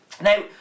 Now